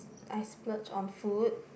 I splurge on food